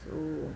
so